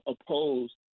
oppose